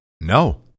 No